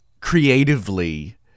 creatively